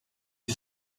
est